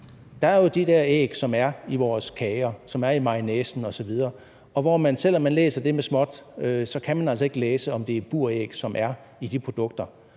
Der er jo de der æg, som er i vores kager, som er i mayonnaisen osv., og hvor man, selv om man læser det med småt, altså ikke kan læse, om det er buræg, som er i de produkter.